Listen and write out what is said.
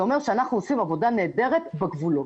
זה אומר שאנחנו עושים עבודה נהדרת בגבולות.